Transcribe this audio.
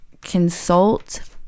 consult